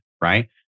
right